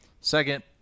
Second